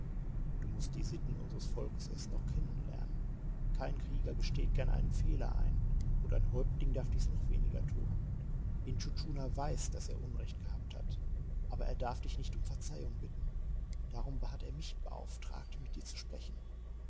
du mußt die sitten unsers volkes erst noch kennen lernen kein krieger gesteht gern einen fehler ein und ein häuptling darf dies noch weniger tun intschu tschuna weiß daß er unrecht gehabt hat aber er darf dich nicht um verzeihung bitten darum hat er mich beauftragt mit dir zu sprechen